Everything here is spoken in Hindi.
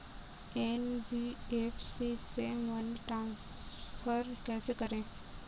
एन.बी.एफ.सी से मनी ट्रांसफर कैसे करें?